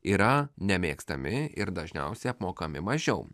yra nemėgstami ir dažniausiai apmokami mažiau